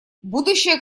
будущая